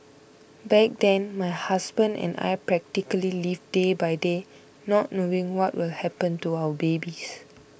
back then my husband and I practically lived day by day not knowing what will happen to our babies